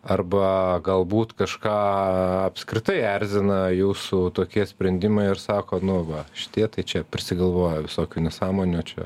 arba galbūt kažką apskritai erzina jūsų tokie sprendimai ir sako nu va šitie tai čia prisigalvoja visokių nesąmonių čia